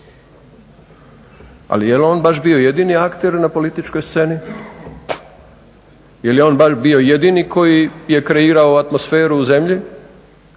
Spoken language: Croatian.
ali je li on baš bio jedini akter na političkoj sceni, je li on baš bio jedini koji je kreirao atmosferu u zemlji,